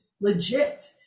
legit